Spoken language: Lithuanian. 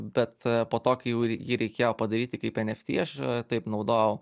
bet po to kai jau jį reikėjo padaryti kaip eft aš taip naudojau